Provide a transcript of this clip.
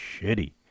shitty